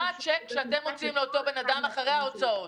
מה הצ'ק שאתם מוציאים לאותו אדם לאחר ההוצאות?